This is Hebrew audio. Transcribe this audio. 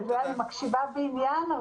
אני מקשיבה בעניין,